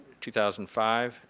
2005